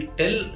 tell